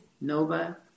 Nova